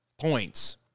points